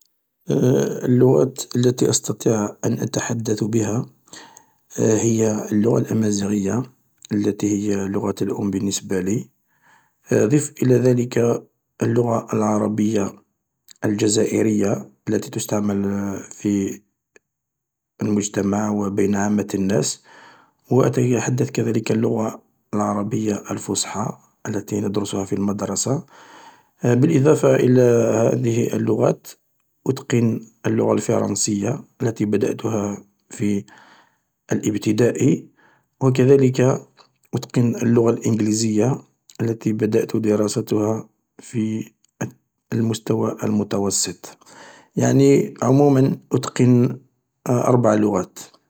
اللغات التي أستطيع أن أتحدث بها هي اللغة الأمازيغية التي هي اللغة الأم بالنسبة لي ضف الى ذلك اللغة العربية الجزائرية التي تستعمل في المجتمع و بين عامة الناس و اتحدث كذلك اللغة العربية الفصحى التي ندرسها في المدرسة بالإضافة الى هذه اللغات أتقن اللغة الفرنسية التي بدأتها في الابتدائي و كذلك أتقن اللغة الانجليزية التي بدات دراستها في الستوى المتوسط يعني عموما أتقن أربع لغات.